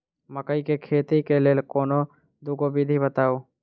मकई केँ खेती केँ लेल कोनो दुगो विधि बताऊ?